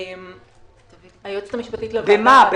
במה?